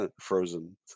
frozen